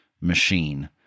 machine